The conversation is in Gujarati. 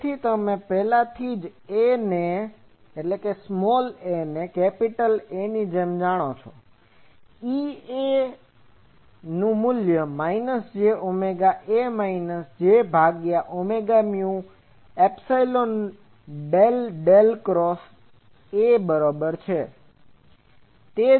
તેથી તમે પહેલાથી જ aને A ની જેમ જાણો છોEA j ω A jωμϵ EA એ minus j omega A minus j ભાગ્ય omega mu epsilon del del cross A બરોબર છે